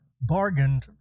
bargained